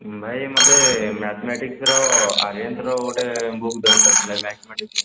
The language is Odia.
ଭାଇ ମୋତେ ମ୍ୟାଥ୍ମେଟିକ୍ସର ଆରିହାନ୍ତର ଗୋଟେ ବୁକ୍ ଦରକାର ଥିଲା ମ୍ୟାଥ୍ମେଟିକ୍ସ ପାଇଁ